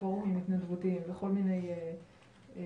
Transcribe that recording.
על פורומים התנדבותיים וכל מיני כלים.